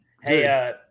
Hey